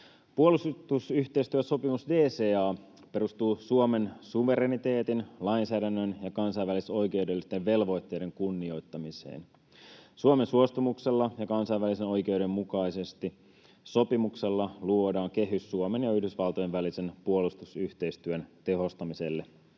Puolustusyhteistyösopimus DCA perustuu Suomen suvereniteetin, lainsäädännön ja kansainvälisoikeudellisten velvoitteiden kunnioittamiseen. Suomen suostumuksella ja kansainvälisen oikeuden mukaisesti sopimuksella luodaan kehys Suomen ja Yhdysvaltojen välisen puolustusyhteistyön tehostamiselle.